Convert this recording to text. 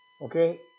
Okay